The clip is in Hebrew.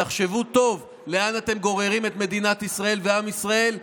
תחשבו טוב לאן אתם גוררים את מדינת ישראל ועם ישראל.